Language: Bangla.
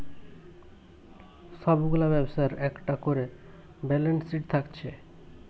সব গুলা ব্যবসার একটা কোরে ব্যালান্স শিট থাকছে